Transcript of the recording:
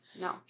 No